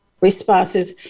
responses